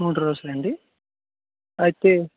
మూడు రోజులు అండి అయితే